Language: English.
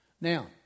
Now